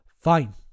Fine